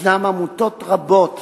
יש עמותות רבות